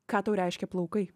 ką tau reiškia plaukai